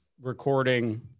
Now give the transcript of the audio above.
recording